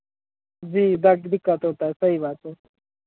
जी बड्ड दिक्कत होता है सही बात है